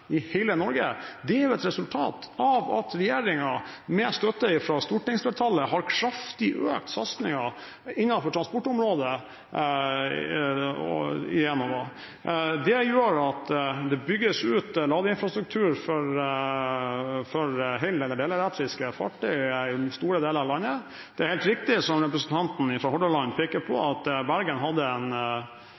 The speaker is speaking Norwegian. et resultat av at regjeringen med støtte fra stortingsflertallet kraftig har økt satsingen innenfor transportområdet i Enova. Det gjør at det bygges ut ladeinfrastruktur for hel- og delelektriske fartøyer i store deler av landet. Det er helt riktig som representanten fra Hordaland peker på, at Bergen hadde en